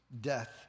death